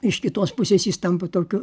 iš kitos pusės jis tampa tokiu